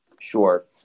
Sure